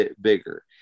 bigger